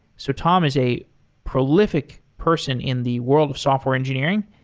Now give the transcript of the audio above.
so tom is a prolific person in the world of software engineering.